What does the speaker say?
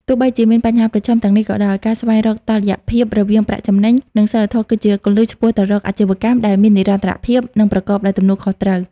ទោះបីជាមានបញ្ហាប្រឈមទាំងនេះក៏ដោយ ការស្វែងរកតុល្យភាពរវាងប្រាក់ចំណេញ និងសីលធម៌គឺជាគន្លឹះឆ្ពោះទៅរកអាជីវកម្មដែលមាននិរន្តរភាព និងប្រកបដោយទំនួលខុសត្រូវ។